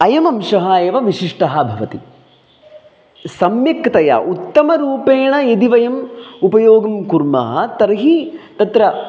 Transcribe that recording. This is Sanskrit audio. अयमंशः एव विशिष्टः भवति सम्यक्तया उत्तमरूपेण यदि वयम् उपयोगं कुर्मः तर्हि तत्र